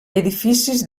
edificis